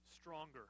stronger